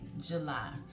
july